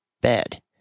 bed